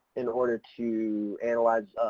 in order to analyze,